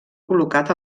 col·locat